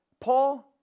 Paul